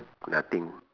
nothing